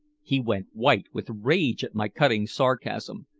he went white with rage at my cutting sarcasm.